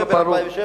הדבר ברור,